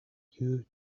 you